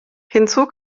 hinzu